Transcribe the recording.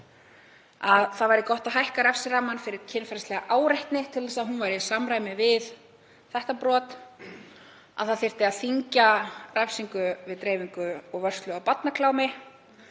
að það væri gott að hækka refsirammann fyrir kynferðislega áreitni til að það væri í samræmi við þetta brot; að það þyrfti að þyngja refsingu við dreifingu og vörslu á barnaklámi.